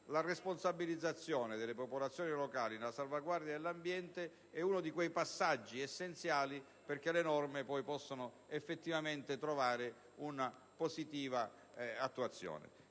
la responsabilizzazione delle popolazioni locali e la salvaguardia dell'ambiente rappresentano uno di quei passaggi essenziali perché le norme poi possano effettivamente trovare una positiva attuazione.